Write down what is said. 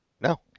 No